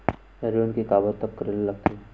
ऋण के काबर तक करेला लगथे?